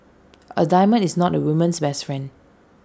A diamond is not A woman's best friend